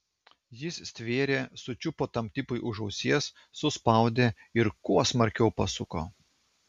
jis stvėrė sučiupo tam tipui už ausies suspaudė ir kuo smarkiau pasuko